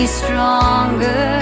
stronger